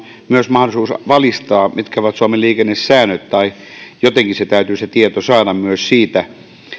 myös mahdollisuus valistaa mitkä ovat suomen liikennesäännöt tai jotenkin täytyy tieto saada myös siitä